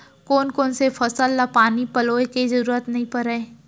कोन कोन से फसल ला पानी पलोय के जरूरत नई परय?